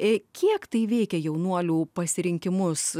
kiek tai veikia jaunuolių pasirinkimus